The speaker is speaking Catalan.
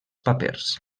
papers